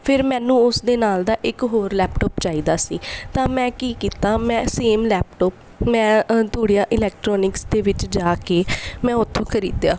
ਫਿਰ ਮੈਨੂੰ ਉਸ ਦੇ ਨਾਲ ਦਾ ਇੱਕ ਹੋਰ ਲੈਪਟਾਪ ਚਾਹੀਦਾ ਸੀ ਤਾਂ ਮੈਂ ਕੀ ਕੀਤਾ ਮੈਂ ਸੇਮ ਲੈਪਟੋਪ ਮੈਂ ਧੂੜੀ ਇਲੈਕਟਰੋਨਿਕਸ ਦੇ ਵਿੱਚ ਜਾ ਕੇ ਮੈਂ ਉੱਥੋਂ ਖਰੀਦਿਆ